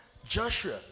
Joshua